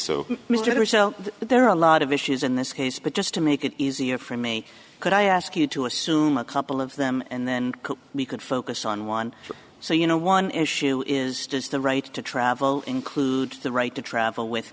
so there are a lot of issues in this case but just to make it easier for me could i ask you to assume a couple of them and then we could focus on one so you know one issue is does the right to travel include the right to travel with